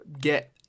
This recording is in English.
get